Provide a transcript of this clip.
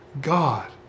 God